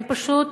הם פשוט